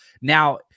Now